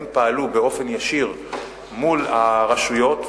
הם פעלו באופן ישיר מול הרשויות,